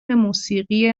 موسیقی